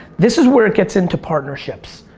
this is where it gets into partnerships.